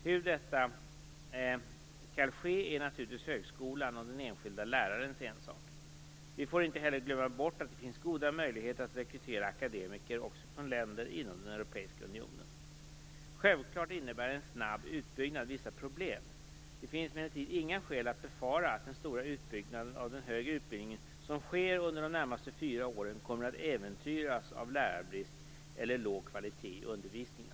Hur detta skall ske är naturligtvis högskolans och den enskilda lärarens ensak. Vi får inte heller glömma bort att det finns goda möjligheter att rekrytera akademiker också från länder inom den europeiska unionen. Självklart innebär en snabb utbyggnad vissa problem. Det finns emellertid inga skäl att befara att den stora utbyggnad av den högre utbildningen som sker under de närmaste fyra åren kommer att äventyras av lärarbrist eller låg kvalitet i undervisningen.